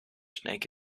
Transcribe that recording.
snake